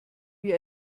wie